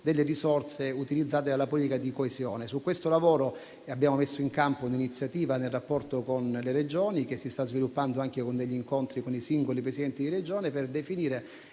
delle risorse utilizzate dalla politica di coesione. Su questo lavoro abbiamo messo in campo un'iniziativa nel rapporto con le Regioni, che si sta sviluppando anche grazie a incontri con i singoli Presidenti di Regione, per definire